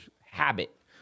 habit